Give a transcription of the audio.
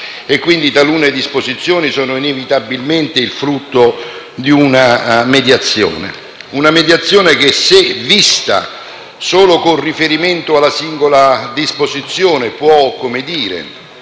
cui talune disposizioni sono inevitabilmente frutto di una mediazione. Una mediazione che, se vista solo con riferimento alla singola disposizione, può generare